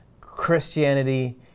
Christianity